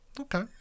Okay